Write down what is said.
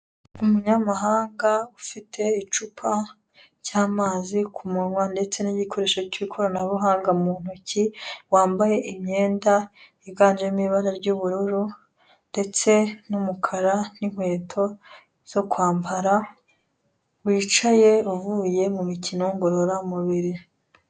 Umunyamahanga ufite icupa ry'amazi ku munwa ndetse n'igikoresho cy'ikoranabuhanga mu ntoki, wambaye imyenda yiganjemo ibara ry'ubururu ndetse n'umukara n'inkweto zo kwambara, wicaye uvuye mu mikino ngororamubiri.